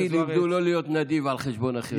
אותי לימדו לא להיות נדיב על חשבון אחרים.